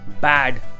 bad